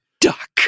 duck